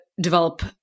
develop